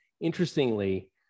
interestingly